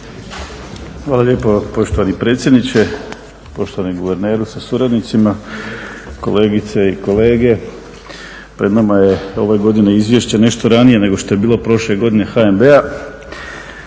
Hvala lijepo, poštovani predsjedniče, poštovani guverneru sa suradnicima, kolegice i kolege. Pred nama je ove godine izvješće nešto ranije nego što je bilo prošle godine HNB-a,